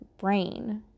brain